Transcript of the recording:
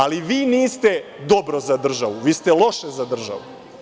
Ali vi niste dobro za državu, vi ste loše za državu.